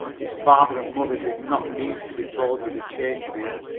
his father and mother did not need to be told of the change in him.